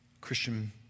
Christian